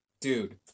dude